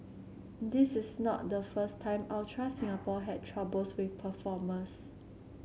this is not the first time Ultra Singapore had troubles with performers